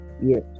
Yes